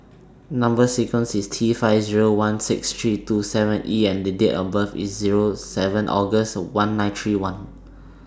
Number sequence IS T five Zero one six three two seven E and The Date of birth IS Zero seven August one nine three one